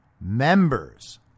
members